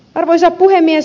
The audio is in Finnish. arvoisa puhemies